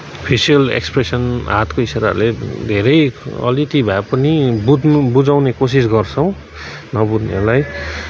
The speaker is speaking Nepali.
फेसिएल एक्सप्रेसन हातको इसाराले धेरै अलिकति भए पनि बुझ्नु बुझाउने कोसिस गर्छौँ नबुझ्नेहरूलाई